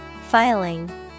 Filing